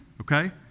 okay